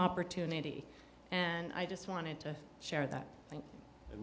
opportunity and i just wanted to share that